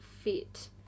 fit